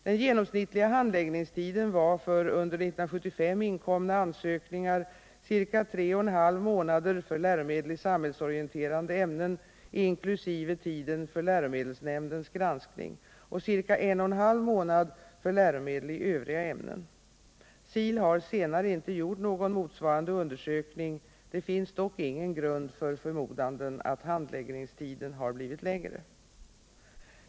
Den genomsnittliga handläggningstiden var för under år 1975 inkomna ansökningar ca 3,5 månader för läromedel i samhällsorienterande ämnen, inkl. tiden för läromedelsnämndens granskning och ca 1,5 månader för läromedel i övriga ämnen. SIL har senare inte gjort någon motsvarande undersökning. Det finns dock ingen grund för förmodanden att handläggningstiden har blivit längre.